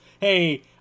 hey